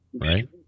right